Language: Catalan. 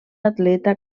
atleta